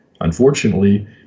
unfortunately